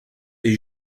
est